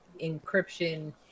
encryption